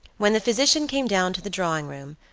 when the physician came down to the drawing room,